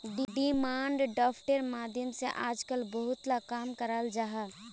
demand ड्राफ्टेर माध्यम से आजकल बहुत ला काम कराल जाहा